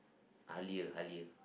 Halia Halia